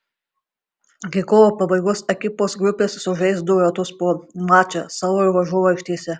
iki kovo pabaigos ekipos grupėse sužais du ratus po mačą savo ir varžovų aikštėse